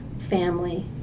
family